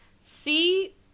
See